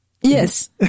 Yes